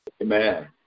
Amen